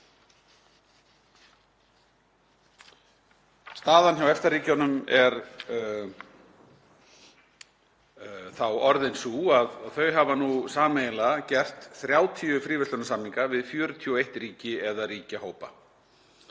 Staðan hjá EFTA-ríkjunum er þá orðin sú að þau hafa nú sameiginlega gert 30 fríverslunarsamninga við 41 ríki eða ríkjahópa.